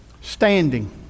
standing